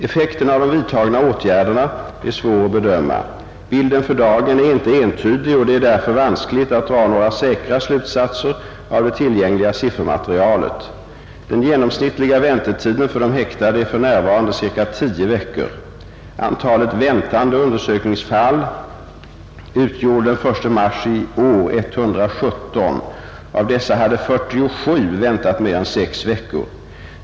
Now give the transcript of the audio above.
Effekten av de vidtagna åtgärderna är svår att bedöma. Bilden för dagen är inte entydig och det är därför vanskligt att dra några säkra slutsatser av det tillgängliga siffermaterialet. Den genomsnittliga väntetiden för de häktade är för närvarande ca tio veckor. Antalet väntande undersökningsfall utgjorde den 1 mars i år 117. Av dessa hade 47 väntat mer än sex veckor.